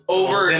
over